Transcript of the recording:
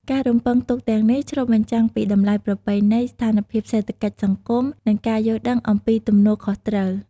ការរំពឹងទុកទាំងនេះឆ្លុះបញ្ចាំងពីតម្លៃប្រពៃណី ស្ថានភាពសេដ្ឋកិច្ចសង្គម និងការយល់ដឹងអំពីទំនួលខុសត្រូវ។